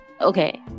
okay